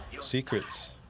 Secrets